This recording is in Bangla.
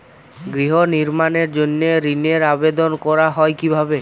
গৃহ নির্মাণের জন্য ঋণের আবেদন করা হয় কিভাবে?